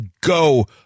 go